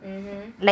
mmhmm